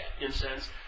incense